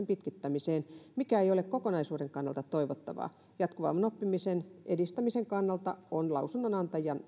pitkittämiseen mikä ei ole kokonaisuuden kannalta toivottavaa jatkuvan oppimisen edistämisen kannalta on lausunnonantajien